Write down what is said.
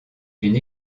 une